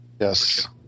yes